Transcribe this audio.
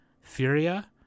furia